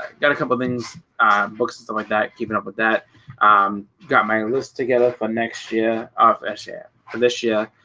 got a couple things book, system like that keeping up with that um got my list together for next year our fair share for this year